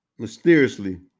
mysteriously